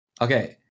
Okay